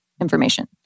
information